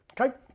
Okay